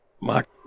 Mark